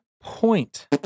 point